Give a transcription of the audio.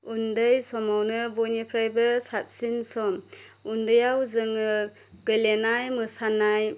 उन्दै समावनो बयनिफ्रायबो साबसिन सम उन्दैआव जोङो गेलेनाय मोसानाय